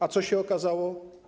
A co się okazało?